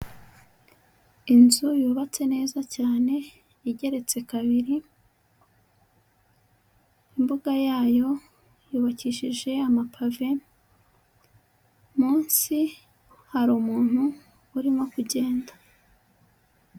Inzu yubatse neza cyane igeretse kabiri, imbuga yayo yubakishije amapave, munsi hari umuntu urimo kugenda.